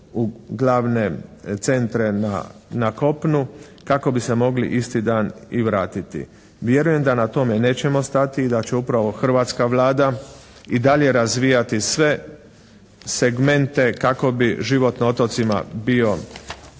u glavne centre na kopunu, kako bi se mogli isti dan i vratiti. Vjerujem da na tome nećemo stati i da će upravo hrvatska Vlada i dalje razvijati sve segmente kako bi život na otocima bio